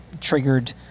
triggered